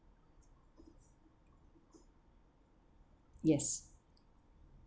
yes